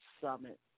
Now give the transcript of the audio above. summit